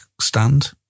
stand